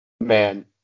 Man